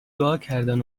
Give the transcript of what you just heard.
دعاکردن